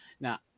now